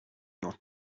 not